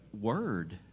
word